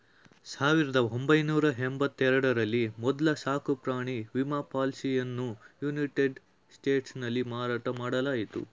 ಸಾವಿರದ ಒಂಬೈನೂರ ಎಂಬತ್ತ ಎರಡ ರಲ್ಲಿ ಮೊದ್ಲ ಸಾಕುಪ್ರಾಣಿ ವಿಮಾ ಪಾಲಿಸಿಯನ್ನಯುನೈಟೆಡ್ ಸ್ಟೇಟ್ಸ್ನಲ್ಲಿ ಮಾರಾಟ ಮಾಡಲಾಯಿತು